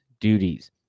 duties